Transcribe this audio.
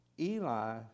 Eli